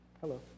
Hello